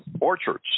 orchards